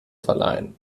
verleihen